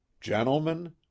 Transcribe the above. Gentlemen